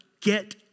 get